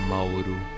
Mauro